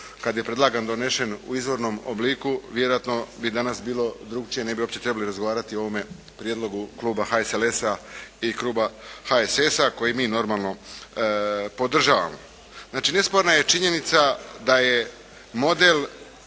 kad je predlagan donesen u izvornom obliku vjerojatno bi danas bilo drukčije. Ne bi uopće trebali razgovarati o ovome prijedlogu HSLS-a i Kluba HSS-a koji mi normalno podržavamo. Znači nesporna je činjenica da je model